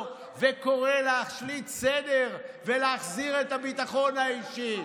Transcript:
וקורא להשליט סדר ולהחזיר את הביטחון האישי.